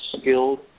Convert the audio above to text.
skilled